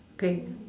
okay